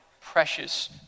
precious